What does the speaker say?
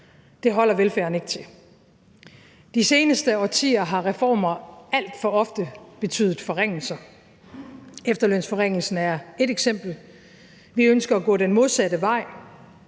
det holder velfærden ikke til. De seneste årtier har reformer alt for ofte betydet forringelser. Efterlønsforringelsen er ét eksempel. Vi ønsker at gå den modsatte vej